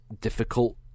difficult